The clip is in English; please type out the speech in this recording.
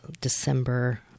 December